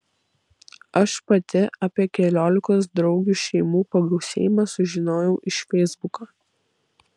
aš pati apie keliolikos draugių šeimų pagausėjimą sužinojau iš feisbuko